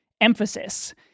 emphasis